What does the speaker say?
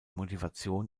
motivation